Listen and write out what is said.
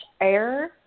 air